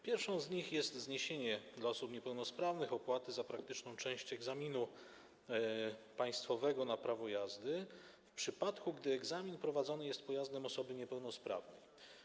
Pierwszą z nich jest zniesienie dla osób niepełnosprawnych opłaty za praktyczną część egzaminu państwowego na prawo jazdy, w przypadku gdy egzamin prowadzony jest w pojeździe osoby niepełnosprawnej.